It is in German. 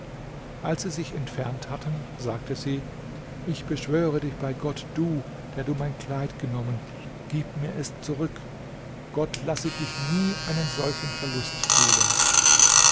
als sie sich entfernt hatten sagte sie ich beschwöre dich bei gott du der du mein kleid genommen gib mir es zurück gott lasse dich nie einen solchen verlust fühlen